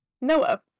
Noah